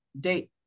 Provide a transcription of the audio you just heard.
date